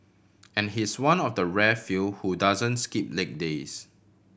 and he's one of the rare few who doesn't skip leg days